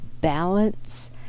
balance